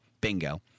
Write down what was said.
bingo